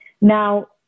Now